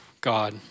God